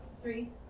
Three